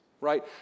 right